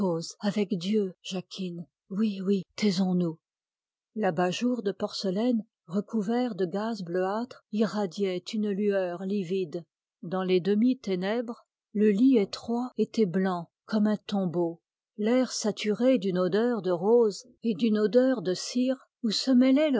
avec dieu jacquine oui oui taisonsnous l'abat-jour de porcelaine recouvert de gaze bleuâtre épandait une lueur livide dans les demi-ténèbres le lit étroit était blanc comme un tombeau l'air saturé d'une odeur de roses et d'une odeur de cire où se